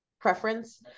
preference